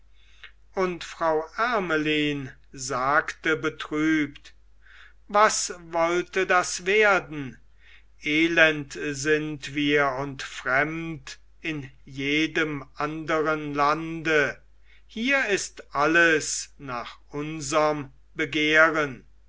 und frau ermelyn sagte betrübt was wollte das werden elend sind wir und fremd in jedem anderen lande hier ist alles nach unserm begehren